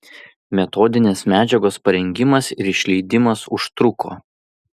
metodinės medžiagos parengimas ir išleidimas užtruko